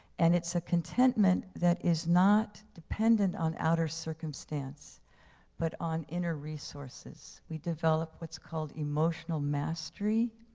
and it's a contentment that is not dependent on outer circumstance but on inner resources. we develop what's called emotional mastery.